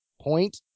point